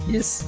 Yes